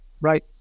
right